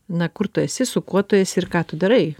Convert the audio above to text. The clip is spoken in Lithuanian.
na kur tu esi su kuo tu esi ir ką tu darai